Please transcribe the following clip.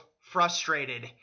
frustrated